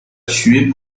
tuer